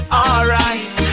alright